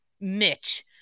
Mitch